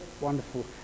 wonderful